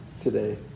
today